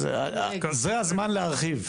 אז זה הזמן להרחיב.